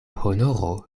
honoro